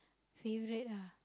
favourite ah